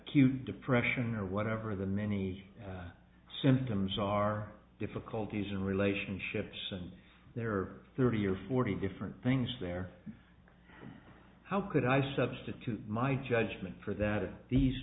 cute depression or whatever the many symptoms are difficulties in relationships and there are thirty or forty different things there how could i substitute my judgment for that of these